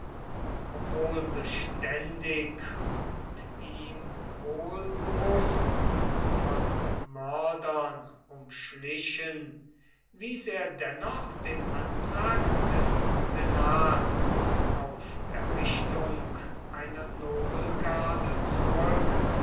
obwohl beständig und ihm wohl bewußt von mördern umschlichen wies er dennoch den antrag des senats auf errichtung einer nobelgarde zurück